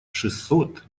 шестьсот